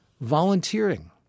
volunteering